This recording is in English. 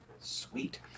Sweet